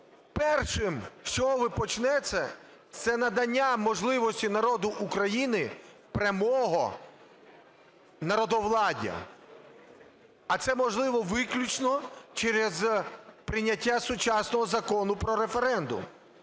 першим, з чого ви почнете – це надання можливості народу України прямого народовладдя. А це можливо виключно через прийняття сучасного Закону про референдум.